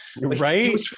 Right